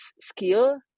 skill